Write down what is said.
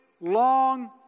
long